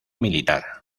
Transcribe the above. militar